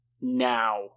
now